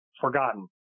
forgotten